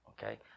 okay